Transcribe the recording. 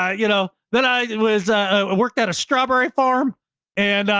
ah you know then i was, i worked at a strawberry farm and,